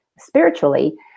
spiritually